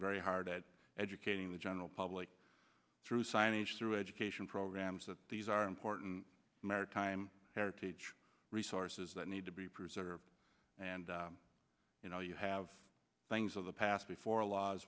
very hard at educating the general public through signage through education programs that these are important maritime heritage resources that need to be preserved and you know you have things of the past before laws